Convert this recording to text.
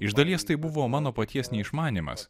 iš dalies tai buvo mano paties neišmanymas